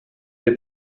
der